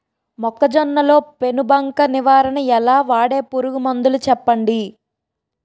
మొక్కజొన్న లో పెను బంక నివారణ ఎలా? వాడే పురుగు మందులు చెప్పండి?